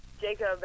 Jacob